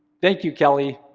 thank you, kelly,